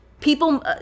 People